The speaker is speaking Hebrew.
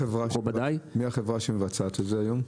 מכובדיי --- מי החברה שמבצעת את זה היום?